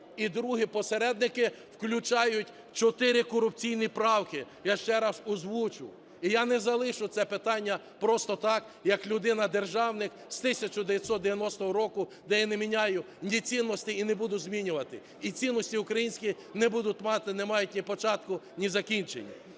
і другі посередники включають 4 корупційні правки, – я ще раз озвучу. І я не залишу це питання просто так як людина-державник з 1990 року, де я не міняю ні цінностей, і не буду змінювати, і цінності українські не будуть мати, не мають ні початку, ні закінчення.